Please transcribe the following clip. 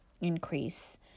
increase